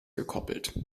gekoppelt